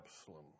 Absalom